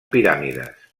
piràmides